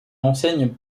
enseigne